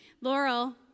Laurel